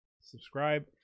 Subscribe